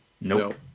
Nope